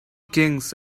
kings